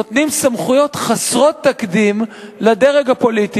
לראשונה נותנים סמכויות חסרות תקדים לדרג הפוליטי